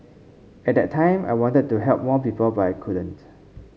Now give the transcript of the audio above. at that time I wanted to help more people but I couldn't